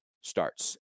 starts